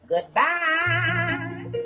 Goodbye